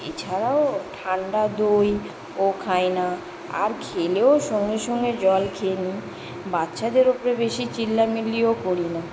এছাড়াও ঠান্ডা দইও খাই না আর খেলেও সঙ্গে সঙ্গে জল খেয়ে নিই বাচ্চাদের ওপরে বেশি চিল্লামিল্লিও করি না